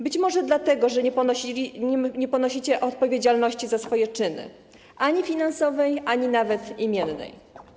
Być może dlatego, że nie ponosicie odpowiedzialności za swoje czyny - ani finansowej, ani nawet imiennej.